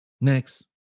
Next